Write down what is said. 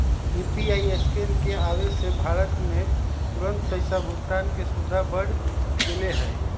UPI scan के आवे से भारत में तुरंत पैसा भुगतान के सुविधा बढ़ गैले है